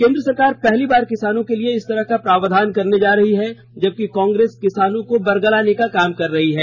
केंद्र सरकार पहली बार किसानों के लिए इस तरह का प्रावधान करने जा रही है जबकि कांग्रेस किसानों को बरगलाने का काम कर रहे हैं